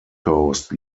coast